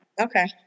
Okay